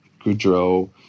Goudreau